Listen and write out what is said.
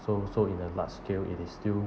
so so in the large scale it is still